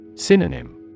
Synonym